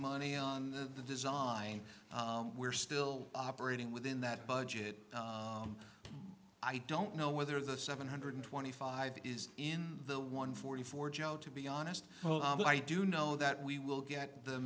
money on the design we're still operating within that budget i don't know whether the seven hundred twenty five is in the one forty four joe to be honest but i do know that we will get the